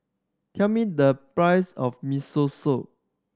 tell me the price of Miso Soup